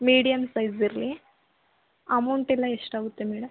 medium size ಇರಲಿ amount ಎಲ್ಲ ಎಷ್ಟಾಗುತ್ತೆ ಮೇಡಮ್